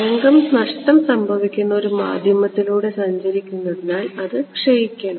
തരംഗം നഷ്ടം സംഭവിക്കുന്ന ഒരു മാധ്യമത്തിലൂടെ സഞ്ചരിക്കുന്നതിനാൽ അത് ക്ഷയിക്കണം